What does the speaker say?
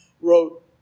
wrote